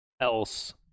else